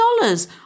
dollars